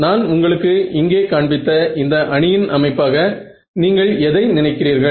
நான் உங்களுக்கு இங்கே காண்பித்த இந்த அணியின் அமைப்பாக நீங்கள் எதை நினைக்கிறீர்கள்